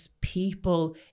people